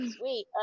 wait